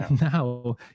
Now